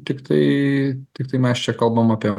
tiktai tiktai mes čia kalbam apie